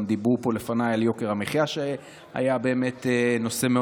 דיברו פה לפניי גם על יוקר המחיה, שהיה מאוד חשוב